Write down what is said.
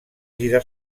gira